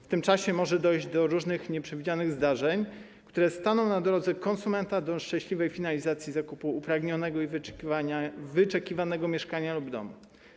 W tym czasie może dojść do różnych nieprzewidzianych zdarzeń, które staną na drodze konsumenta do szczęśliwej finalizacji zakupu upragnionego i wyczekiwanego mieszkania lub domu.